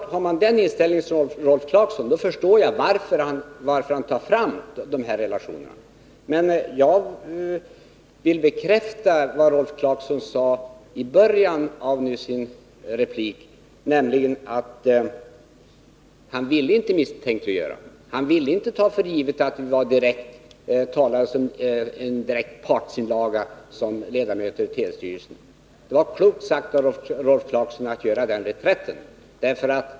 Har man den inställning som Rolf Clarkson har förstår jag varför man tar fram de här relationerna. Rolf Clarkson sade i början av sin replik att han inte vill misstänkliggöra; han vill inte göra gällande att våra inlägg var en direkt partsinlaga som vi avgav i våra egenskaper av ledamöter i televerkets styrelse. Det var klokt av Rolf Clarkson att göra den reträtten.